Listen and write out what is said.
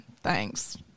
thanks